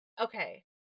okay